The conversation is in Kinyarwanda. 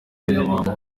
umunyamabanga